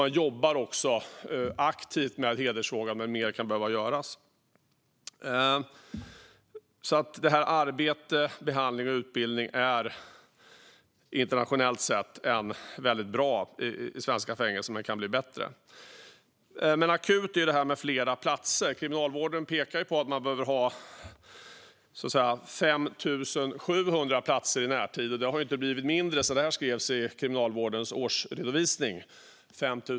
Man jobbar också aktivt med hedersfrågan, men mer kan behöva göras. Arbete, behandling och utbildning är alltså internationellt sett väldigt bra i svenska fängelser, men det kan bli bättre. Akut är dock detta med att det behövs fler platser - Kriminalvården pekar på att man i närtid behöver 5 700 platser, och det har inte blivit mindre sedan det skrevs i Kriminalvårdens årsredovisning.